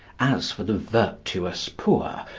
as for the virtuous poor,